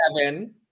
Kevin